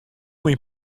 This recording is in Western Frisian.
myn